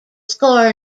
score